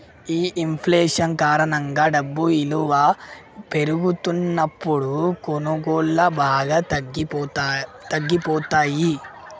ఈ ఇంఫ్లేషన్ కారణంగా డబ్బు ఇలువ పెరుగుతున్నప్పుడు కొనుగోళ్ళు బాగా తగ్గిపోతయ్యి